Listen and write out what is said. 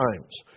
times